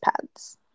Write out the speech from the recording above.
pads